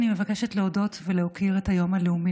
אני מבקשת להודות ולהוקיר את היום הלאומי